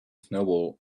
snowball